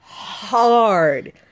hard